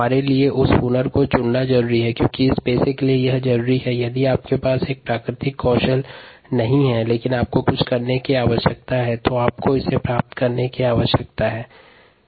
हमारे लिए उस हुनर को चुनना जरूरी है क्योंकि शिक्षा के पेशे के लिए यह जरूरी है और यदि आपके पास प्राकृतिक कौशल नहीं है लेकिन आप कुछ अच्छा करना चाहते है तो आपको इसे प्राप्त की आवश्यकता है